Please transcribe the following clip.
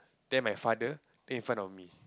then my father then in front of me